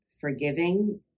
forgiving